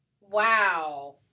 Wow